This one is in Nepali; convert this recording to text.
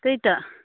त्यही त